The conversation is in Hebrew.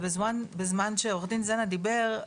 בזמן שעו"ד זנה דיבר,